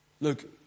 Look